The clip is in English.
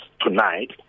tonight